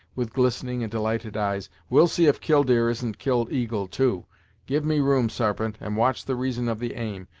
with glistening and delighted eyes, we'll see if killdeer isn't killeagle, too! give me room sarpent, and watch the reason of the aim,